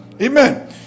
Amen